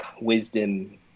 wisdom